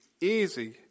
easy